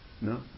No